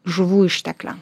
žuvų ištekliam